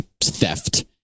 theft